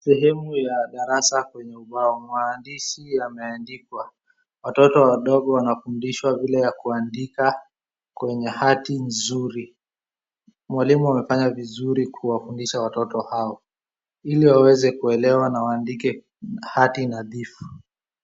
Elimu ya darasa kwenye ubao, maandishi yameandikwa. Watoto wadogo wanafundishwa vile ya kuandika kwenye hati nzuri, mwalimu amefanya vizuri kuwafundisha watoto hao ili waweze kuelewa na waandike hati nadhifu.